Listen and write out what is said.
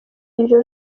iryo